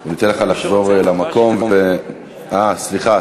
אני אתן לך לחזור למקום, אה, סליחה.